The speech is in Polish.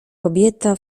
kobieta